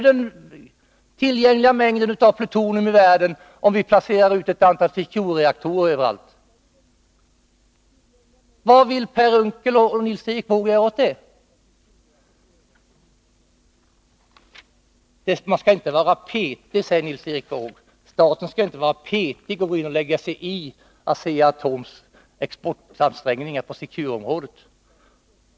Den tillgängliga mängden av plutonium i världen ökar ju om vi placerar ut ett antal Securereaktorer här och där. Vad vill Per Unckel och Nils Erik Wååg göra åt det? Nils Erik Wååg säger att staten inte skall vara petig. Staten skall inte gå in och lägga sig i när det gäller Asea-Atoms exportansträngningar på Secureområdet.